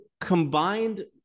combined